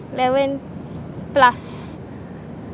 eleven plus